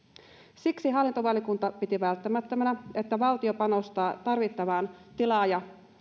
siksi hallintovaliokunta piti välttämättömänä että valtio panostaa tarvittavaan tilaaja